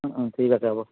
অঁ অঁ ঠিক আছে হ'ব